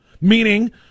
meaning